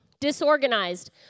Disorganized